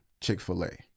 Chick-fil-A